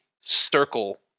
circle